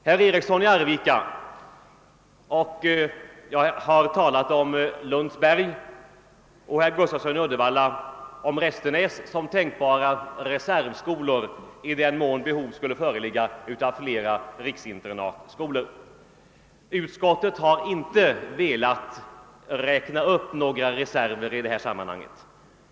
Herr Eriksson i Arvika har talat om Lundsberg och herr Gustafsson i Uddevalla om Restenäs såsom tänkbara reservskolor i den mån behov skulle föreligga av flera riksinternatskolor. Utskottet har inte velat räkna upp några reserver i detta sammanhang.